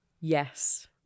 Yes